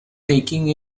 taking